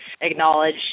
acknowledge